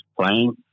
playing